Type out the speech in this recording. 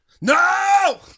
No